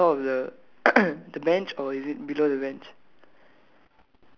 okay how about the cat is it on top of the the bench or is it below the bench